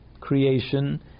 creation